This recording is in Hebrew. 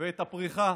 ואת הפריחה.